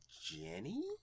Jenny